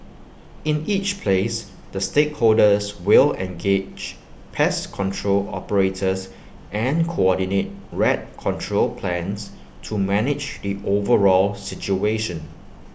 in each place the stakeholders will engage pest control operators and coordinate rat control plans to manage IT overall situation